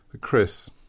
Chris